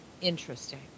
interesting